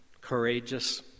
courageous